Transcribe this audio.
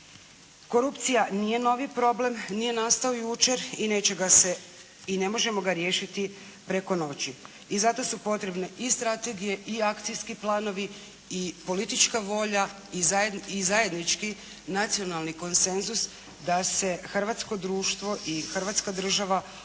Korupcija nije novi problem, nije nastao jučer i neće ga se i ne možemo ga riješiti preko noći i zato su potrebne i strategije i akcijski planovi, i politička volja i zajednički nacionalni konsenzus da se hrvatsko društvo i hrvatska država odupru